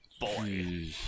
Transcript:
boy